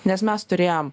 nes mes turėjom